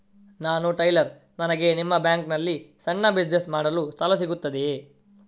ನಾನು ಟೈಲರ್, ನನಗೆ ನಿಮ್ಮ ಬ್ಯಾಂಕ್ ನಲ್ಲಿ ಸಣ್ಣ ಬಿಸಿನೆಸ್ ಮಾಡಲು ಸಾಲ ಸಿಗುತ್ತದೆಯೇ?